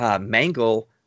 Mangle